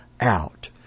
out